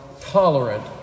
tolerant